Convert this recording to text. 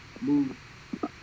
move